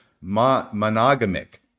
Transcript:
monogamic